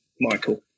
Michael